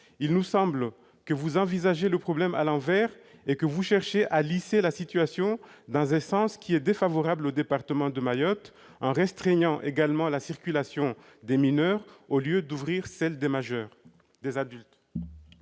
Il nous semble que vous envisagez le problème à l'envers et que vous cherchez à lisser la situation dans un sens défavorable au département de Mayotte, en restreignant en outre la circulation des mineurs, au lieu d'ouvrir celle des adultes.